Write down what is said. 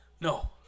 No